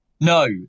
No